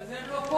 בגלל זה הם לא פה.